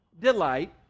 Delight